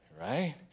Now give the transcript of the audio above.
right